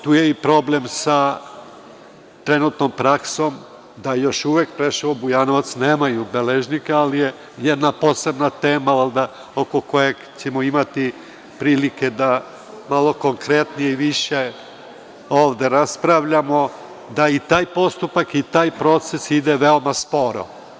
Tu je i problem sa trenutnom praksom da još uvek Preševo, Bujanovac nemaju beležnika, ali je jedan posebna tema oko koje ćemo imati prilike da malo konkretnije i više ovde raspravljamo da i taj postupak i taj proces ide veoma sporo.